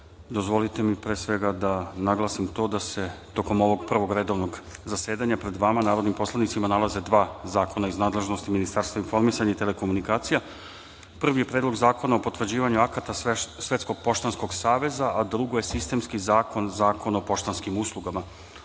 dozvolite mi pre svega da naglasim to da se tokom ovog prvog redovnog zasedanja pred vama narodnim poslanicima nalaze dva zakona iz nadležnosti Ministarstva informisanja i telekomunikacija. Prvi je Predlog zakona o potvrđivanju akata Svetskog poštanskog saveza, a drugo je sistemski zakon, Zakon o poštanskim uslugama.